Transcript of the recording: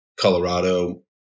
Colorado